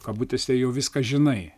kabutėse jau viską žinai